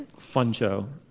fun show.